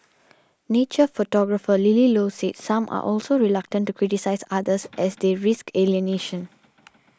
nature photographer Lily Low said some are also reluctant to criticise others as they risk alienation